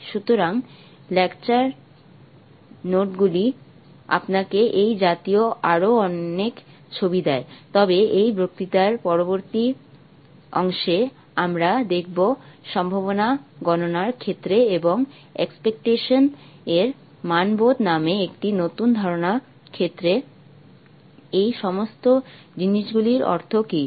সুতরাং লেকচার নোটগুলি আপনাকে এই জাতীয় আরও অনেক ছবি দেয় তবে এই বক্তৃতার পরবর্তী অংশে আমরা দেখব সম্ভাবনা গণনার ক্ষেত্রে এবং এক্সপেকটেশন এর মানবোধ নামে একটি নতুন ধারণার ক্ষেত্রে এই সমস্ত জিনিসগুলির অর্থ কী